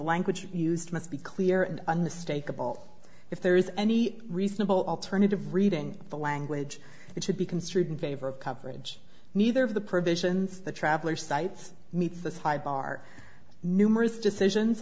language used must be clear and unmistakable if there is any reasonable alternative reading the language it should be construed in favor of coverage neither of the provisions the traveler cites meets this high bar numerous decisions